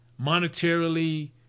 monetarily